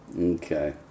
okay